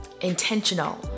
intentional